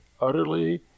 utterly